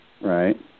Right